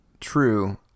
true